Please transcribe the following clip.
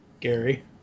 Gary